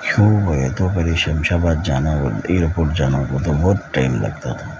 کیوں بولے تو پہلے شمشاباد جانا ہو ایئرپورٹ جانا ہو تو بہت ٹائم لگتا تھا